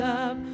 up